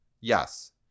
Yes